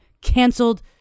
canceled